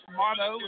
motto